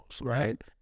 right